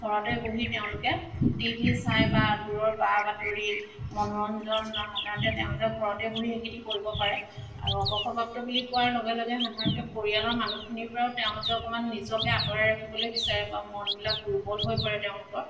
ঘৰতে বহি তেওঁলোকে টিভি চাই বা দূৰৰ বা বাতৰি মনোৰঞ্জন সাধাৰণতে তেওঁলোকে ঘৰতে বহি সেইখিনি কৰিব পাৰে আৰু অৱসৰপ্ৰাপ্ত বুলি কোৱাৰ লগে লগে সাধাৰণতে পৰিয়ালৰ মানুহখিনিৰ পৰাও তেওঁলোকে অকণমান নিজকে আঁতৰাই ৰাখিবলৈ বিচাৰে বা মনবিলাক দুৰ্বল হৈ পৰে তেওঁলোকৰ